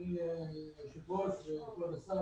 אדוני היושב-ראש וכבוד השר,